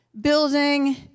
building